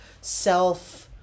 self